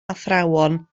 athrawon